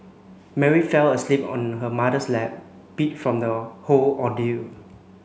Mary fell asleep on her mother's lap beat from the whole ordeal